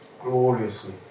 gloriously